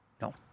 No